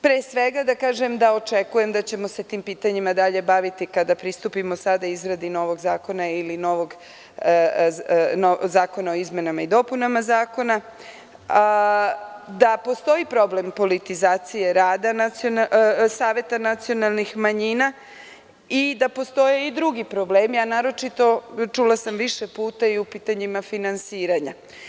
Pre svega da kažem da ćemo se tim pitanjima dalje baviti kada pristupimo izradi novog zakona ili zakona o izmenama i dopunama zakona, da postoji problem politizacije rada saveta nacionalnih manjina i da postoje i drugi problemi, a naročito, čula sam više puta, u finansiranju.